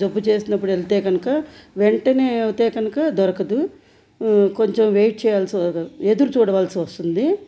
జబ్బు చేసినప్పుడు వెళ్తే గనక వెంటనే అయితే కనక దొరకదు కొంచెం వెయిట్ చేయాల్సి ఎదురు చూడవలసి వస్తుంది